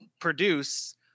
produce